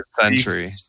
century